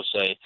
say